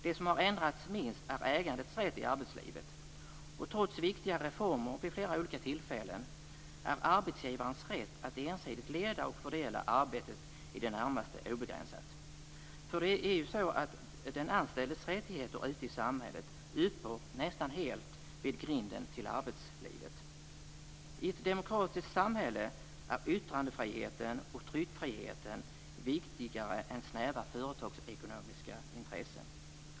Det som har ändrats minst är ägandets rätt i arbetslivet. Trots viktiga reformer vid flera olika tillfällen är arbetsgivarens rätt att ensidigt leda och fördela arbetet i det närmaste obegränsat. Den anställdes rättigheter ute i samhället upphör nästan helt vid grinden till arbetslivet. I ett demokratiskt samhälle är yttrandefriheten och tryckfriheten viktigare än snäva företagsekonomiska intressen.